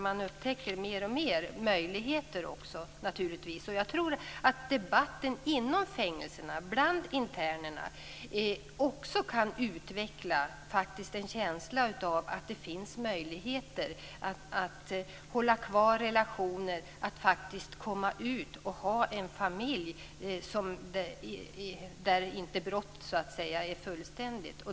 Man upptäcker mer och mer att det också finns möjligheter. Jag tror att debatten inom fängelserna, bland internerna, också kan göra att det utvecklas en känsla av att det finns möjligheter att hålla kvar relationer och komma ut och faktiskt ha en familj. Avbrottet är inte fullständigt.